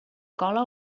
cola